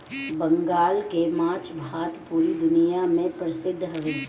बंगाल के माछ भात पूरा दुनिया में परसिद्ध हवे